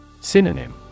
Synonym